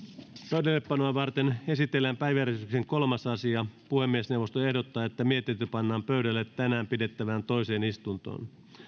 pöydällepanoa varten esitellään päiväjärjestyksen kolmas asia puhemiesneuvosto ehdottaa että mietintö pannaan pöydälle tänään pidettävään toiseen istuntoon